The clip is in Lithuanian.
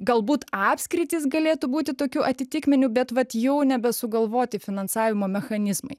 galbūt apskritys galėtų būti tokiu atitikmeniu bet vat jau nebe sugalvoti finansavimo mechanizmai